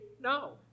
No